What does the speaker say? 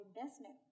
investment